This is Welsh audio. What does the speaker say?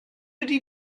ydy